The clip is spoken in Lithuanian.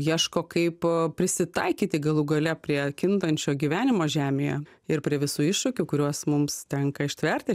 ieško kaip a prisitaikyti galų gale prie kintančio gyvenimo žemėje ir prie visų iššūkių kuriuos mums tenka ištverti